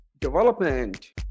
Development